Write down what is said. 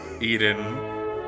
eden